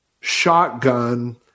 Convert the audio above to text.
shotgun